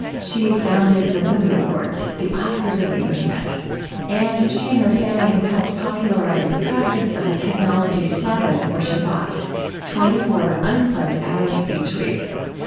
she founded the webby awards the oscars of the internet and she and her family have helped popularize the practice of a technology sabbath or shabbat twenty four unplugged hours each week.